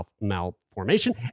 malformation